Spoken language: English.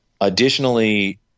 Additionally